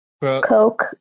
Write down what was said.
Coke